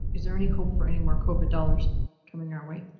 is there any hope for anymore covid dollars coming our way?